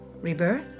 Rebirth